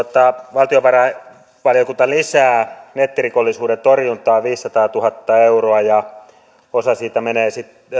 valtiovarainvaliokunta lisää nettirikollisuuden torjuntaan viisisataatuhatta euroa ja osa siitä menee